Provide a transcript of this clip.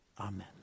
Amen